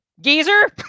geezer